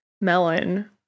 melon